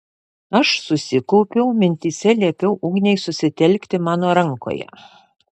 aš susikaupiau mintyse liepiau ugniai susitelkti mano rankoje